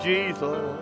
Jesus